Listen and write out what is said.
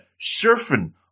surfing